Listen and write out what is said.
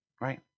right